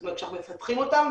זאת אומרת כשאנחנו מפתחים אותן,